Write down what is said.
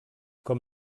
com